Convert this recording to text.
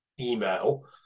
email